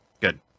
good